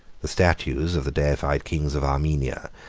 the statues of the deified kings of armenia,